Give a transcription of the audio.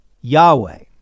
Yahweh